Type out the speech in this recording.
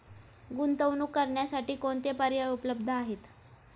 गुंतवणूक करण्यासाठी कोणते पर्याय उपलब्ध आहेत?